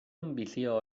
ambició